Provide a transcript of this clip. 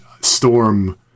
Storm